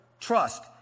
trust